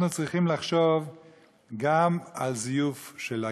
אנחנו צריכים לחשוב גם על זיוף של היהדות,